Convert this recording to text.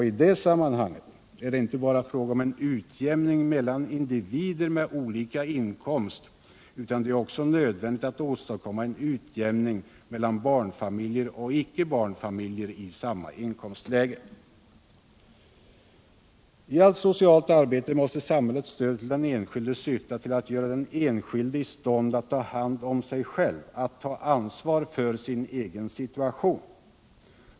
I det sammanhanget är det inte bara fråga om en utjämning mellan individer med olika inkomst, utan det är också nödvändigt att åstadkomma en utjämning mellan barnfamiljer och icke-barnfamiljer i samma inkomstläge. I allt socialt arbete måste samhällets stöd till den enskilde syfta till att göra den enskilde i stånd att ta hand om sig själv, att ta ansvar för sin egen situation.